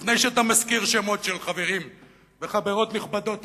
לפני שאתה מזכיר שמות של חברים וחברות נכבדות מאוד.